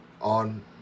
on